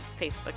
Facebook